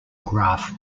graph